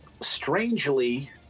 Strangely